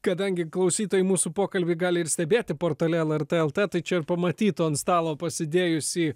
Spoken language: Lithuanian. kadangi klausytojai mūsų pokalbį gali ir stebėti portale lrt lt tai čia ir pamatytų ant stalo pasidėjusį